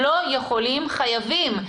לא יכולים אלא חייבים.